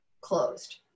closed